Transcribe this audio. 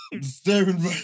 Staring